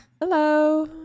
Hello